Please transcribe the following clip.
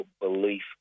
belief